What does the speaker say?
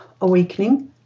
awakening